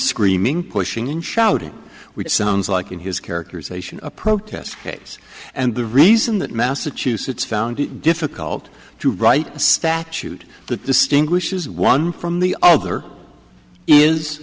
screaming pushing and shouting which sounds like in his characterization a protest case and the reason that massachusetts found it difficult to write a statute that distinguishes one from the other is